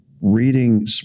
reading